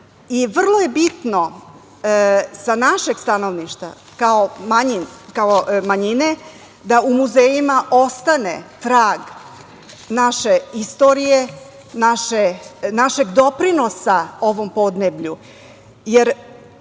Vrlo je bitno sa našeg stanovišta kao manjine da u muzejima ostane trag naše istorije, našeg doprinosa ovom podneblju